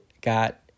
got